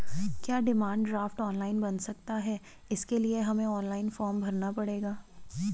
क्या demand draft online बन सकता है इसके लिए हमें ऑनलाइन फॉर्म भरना पड़ेगा?